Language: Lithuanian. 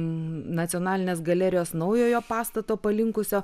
nacionalinės galerijos naujojo pastato palinkusio